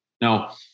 Now